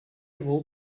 вӑл